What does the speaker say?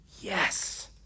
Yes